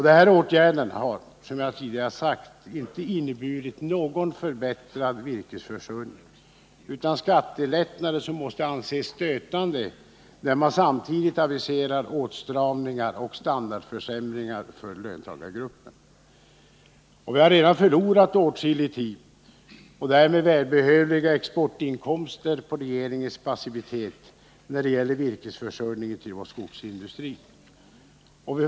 De här åtgärderna har — som jag tidigare sagt — inte medfört någon förbättring av virkesförsörjningen, utan de har bara inneburit skattelättnader som måste anses stötande när man samtidigt aviserar åtstramningar och standardförsämringar för löntagargrupperna. Vi har redan förlorat åtskillig tid och därmed välbehövliga exportinkomster på regeringens passivitet när det gäller virkesförsörjningen till skogsindustrin.